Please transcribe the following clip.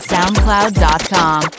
SoundCloud.com